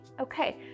Okay